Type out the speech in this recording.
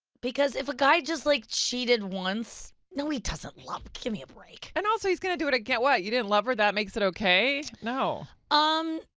because if a guy just like cheated once, no he doesn't love, give me a break. and also, he's going to do it again, what, you didn't love her, that makes it okay? no. um,